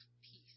peace